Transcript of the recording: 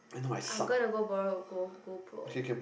I'm going to go borrow a go pro